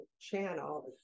channel